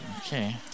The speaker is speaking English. Okay